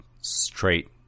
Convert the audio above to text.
straight